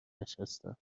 نشستم